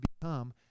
become